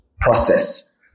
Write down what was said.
process